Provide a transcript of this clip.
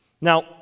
Now